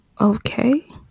Okay